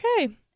okay